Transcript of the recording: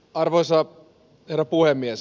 arvoisa herra puhemies